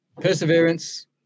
Perseverance